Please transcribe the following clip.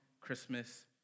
Christmas